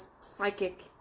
psychic